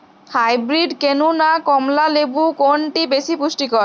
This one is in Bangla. হাইব্রীড কেনু না কমলা লেবু কোনটি বেশি পুষ্টিকর?